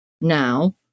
now